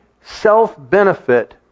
self-benefit